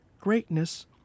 greatness